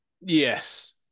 yes